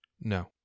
No